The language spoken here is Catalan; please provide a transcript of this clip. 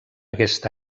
aquest